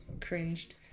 cringed